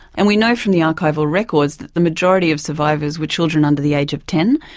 and we know from the archival records that the majority of survivors were children under the age of ten.